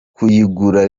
kuyigura